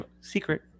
secret